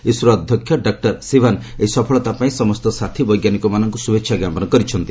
ଇସ୍କୋ ଅଧ୍ୟକ୍ଷ ଡକ୍ର ସିଉନ ଏହି ସଫଳତା ପାଇଁ ସମସ୍ତ ସାଥୀ ବୈଜ୍ଞାନିକମାନଙ୍କୁ ଶୁଭେଚ୍ଚା ଜ୍ଞାପନ କରିଛନ୍ତି